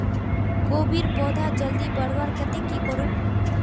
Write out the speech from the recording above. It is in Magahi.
कोबीर पौधा जल्दी बढ़वार केते की करूम?